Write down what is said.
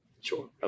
Sure